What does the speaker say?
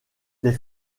les